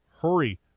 hurry